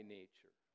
nature